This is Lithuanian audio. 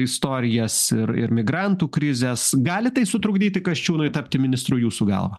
istorijas ir ir migrantų krizės gali tai sutrukdyti kasčiūnui tapti ministru jūsų galva